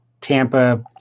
Tampa